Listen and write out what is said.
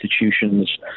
institutions